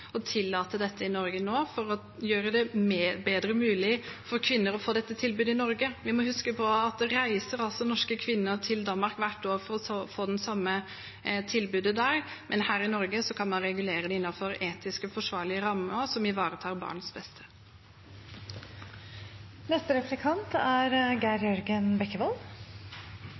å tillate dette i Norge nå, for å gjøre det mulig for kvinner å få dette tilbudet i Norge. Vi må huske på at norske kvinner reiser til Danmark hvert år for å få det samme tilbudet der. Her i Norge kan man regulere det innenfor etisk forsvarlige rammer, som ivaretar barnets beste.